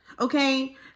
Okay